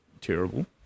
terrible